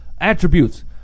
attributes